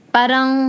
parang